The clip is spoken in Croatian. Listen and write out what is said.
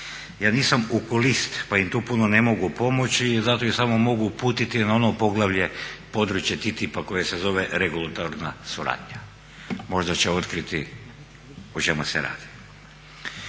Ja nisam okulist pa im tu puno ne mogu pomoći i zato ih samo mogu uputiti na ono poglavlje područja TTIP-a koje se zove regulatorna suradnja. Možda će otkriti o čemu se radi.